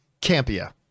campia